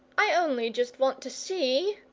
i only just want to see,